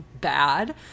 bad